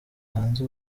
hanze